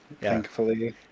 thankfully